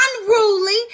unruly